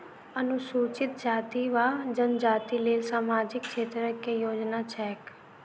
अनुसूचित जाति वा जनजाति लेल सामाजिक क्षेत्रक केँ योजना छैक?